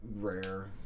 rare